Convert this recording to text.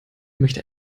möchte